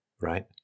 right